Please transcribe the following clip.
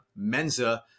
Menza